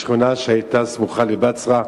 שכונה שהיתה סמוכה לבצרה.